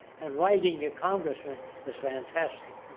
and writing your congressman is fantastic.